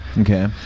Okay